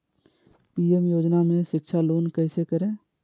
PM योजना में शिक्षा लोन कैसे करें?